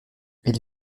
elle